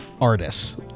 artists